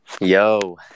yo